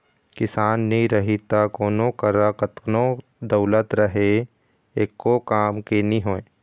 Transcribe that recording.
किसान नी रही त कोनों करा कतनो दउलत रहें एको काम के नी होय